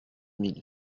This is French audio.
mille